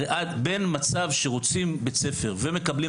הרי בין השלב שרוצים בית ספר ועד שמקבלים